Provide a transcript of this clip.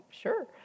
sure